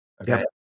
Okay